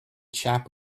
chap